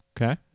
Okay